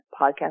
Podcast